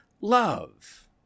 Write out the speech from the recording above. love